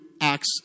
Acts